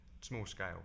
small-scale